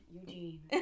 Eugene